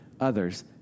others